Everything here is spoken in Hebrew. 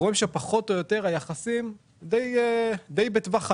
היחסים די בטווח הנורמה.